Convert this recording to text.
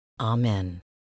Amen